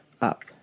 up